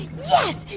yes.